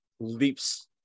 leaps